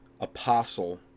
apostle